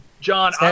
John